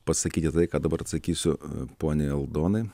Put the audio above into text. pasakyti tai ką dabar atsakysiu poniai aldonai